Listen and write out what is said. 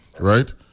right